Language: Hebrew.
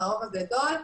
הרוב הגדול,